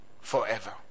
Forever